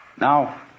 Now